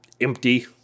Empty